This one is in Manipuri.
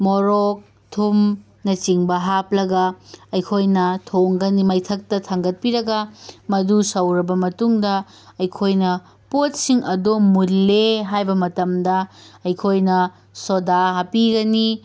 ꯃꯣꯔꯣꯛ ꯊꯨꯝꯅꯆꯤꯡꯕ ꯍꯥꯞꯂꯒ ꯑꯩꯈꯣꯏꯅ ꯊꯣꯡꯒꯅꯤ ꯃꯩꯊꯛꯇ ꯊꯥꯡꯒꯠꯄꯤꯔꯒ ꯃꯗꯨ ꯁꯧꯔꯕ ꯃꯇꯨꯡꯗ ꯑꯩꯈꯣꯏꯅ ꯄꯣꯠꯁꯤꯡ ꯑꯗꯣ ꯃꯨꯜꯂꯦ ꯍꯥꯏꯕ ꯃꯇꯝꯗ ꯑꯩꯈꯣꯏꯅ ꯁꯣꯗꯥ ꯍꯥꯞꯄꯤꯒꯅꯤ